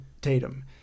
Tatum